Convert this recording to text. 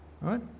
Right